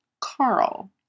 Carl